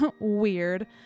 weird